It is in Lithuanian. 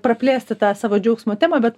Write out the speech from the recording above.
praplėsti tą savo džiaugsmo temą bet